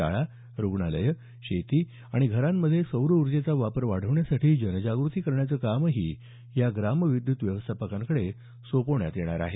शाळा रूग्णालयं शेती आणि घरांमध्ये सौर ऊर्जेचा वापर वाढवण्यासाठी जनजागृती करण्याचं कामही या ग्राम विद्युत व्यवस्थापकांकडे सोपवण्यात येणार आहे